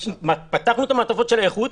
פתחנו את המעטפות של האיכות